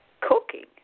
cooking